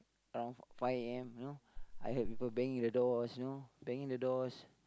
around five A_M you know I heard people banging the doors you know banging the doors